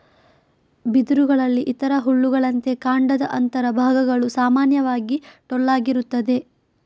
ಬಿದಿರುಗಳಲ್ಲಿ ಇತರ ಹುಲ್ಲುಗಳಂತೆ ಕಾಂಡದ ಅಂತರ ಭಾಗಗಳು ಸಾಮಾನ್ಯವಾಗಿ ಟೊಳ್ಳಾಗಿರುತ್ತದೆ